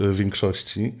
większości